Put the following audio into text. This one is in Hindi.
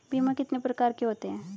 बीमा कितने प्रकार के होते हैं?